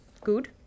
Good